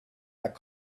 that